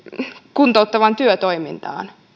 kuntouttavaan työtoimintaan